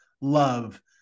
love